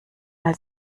mal